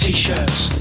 T-shirts